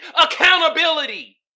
accountability